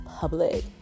public